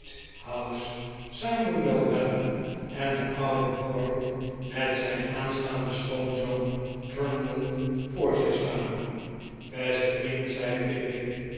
westgate house samuel weller en den ouden wardle met zijn aanstaanden schoonzoon trundle voor zich staan beste vriend zei pickwick